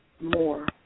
more